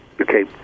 Okay